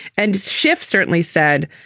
and schiff certainly said,